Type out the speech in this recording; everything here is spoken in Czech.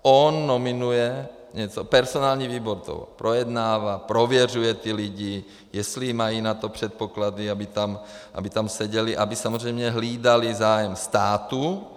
On nominuje, personální výbor to projednává, prověřuje ty lidi, jestli mají na to předpoklady, aby tam seděli, aby samozřejmě hlídali zájem státu.